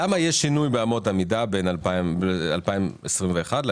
למה יש שינוי באמות המידה בין 2021 ל-2022,